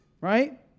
Right